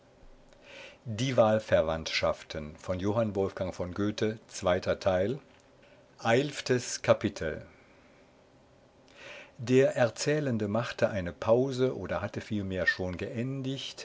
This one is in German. können eilftes kapitel der erzählende machte eine pause oder hatte vielmehr schon geendigt